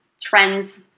trends